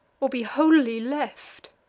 or be wholly left.